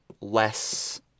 less